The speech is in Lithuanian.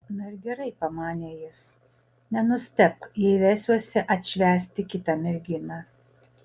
na ir gerai pamanė jis nenustebk jei vesiuosi atšvęsti kitą merginą